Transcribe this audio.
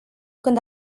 când